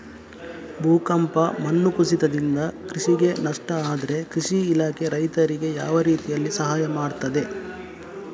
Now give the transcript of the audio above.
ಭೂಕಂಪ, ಮಣ್ಣು ಕುಸಿತದಿಂದ ಕೃಷಿಗೆ ನಷ್ಟ ಆದ್ರೆ ಕೃಷಿ ಇಲಾಖೆ ರೈತರಿಗೆ ಯಾವ ರೀತಿಯಲ್ಲಿ ಸಹಾಯ ಮಾಡ್ತದೆ?